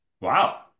Wow